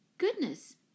Goodness